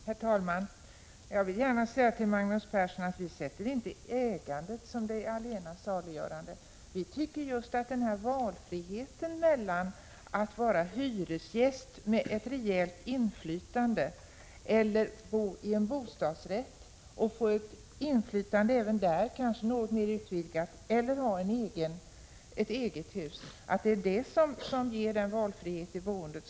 Herr talman! Jag vill gärna till Magnus Persson säga att vi inte ser ägandet som det allena saliggörande. Det som ger den valfrihet i boendet som vi i folkpartiet värderar är just möjligheten att man kan välja mellan att vara hyresgäst med ett rejält inflytande, eller att bo i en bostadsrätt och få ett kanske något mera utvidgat inflytande eller att ha ett eget hus.